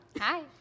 Hi